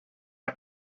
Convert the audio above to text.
not